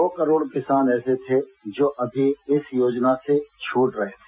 दो करोड़ किसान ऐसे थे जो अभी इस योजना से छूट रहे थे